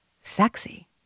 sexy